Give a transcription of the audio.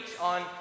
on